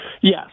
Yes